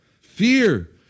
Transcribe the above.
Fear